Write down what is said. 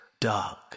dark